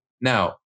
Now